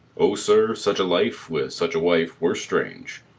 o sir, such a life, with such a wife, were strange!